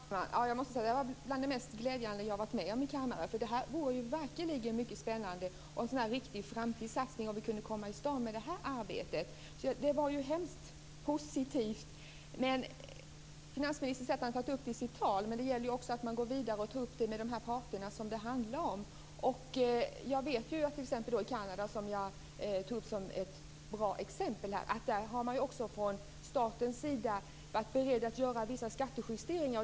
Fru talman! Jag måste säga att detta är bland det mest glädjande som jag varit med om i denna kammare. Det vore verkligen mycket spännande och en riktig framtidssatsning om vi kunde komma i gång med det här arbetet. Det som sades här är alltså väldigt positivt. Finansministern säger att han tidigare har tagit upp detta i ett anförande men det gäller ju att också gå vidare och ta upp frågan med de parter som det handlar om. Jag vet att man i Kanada, som jag anfört som ett bra exempel, också från statens sida har varit beredd att göra vissa skattejusteringar.